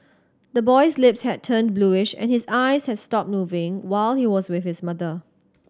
the boy's lips had turned bluish and his eyes had stopped moving while he was with his mother